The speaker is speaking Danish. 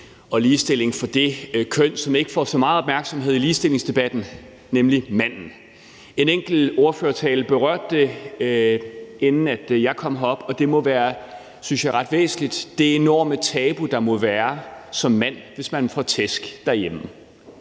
og ligestilling for det køn, som ikke får så meget opmærksomhed i ligestillingsdebatten, nemlig manden. En enkelt ordfører berørte det i sin tale, inden jeg kom herop, og det må være, synes jeg, ret væsentligt: det enorme tabu, det må være for en mand at få tæsk derhjemme.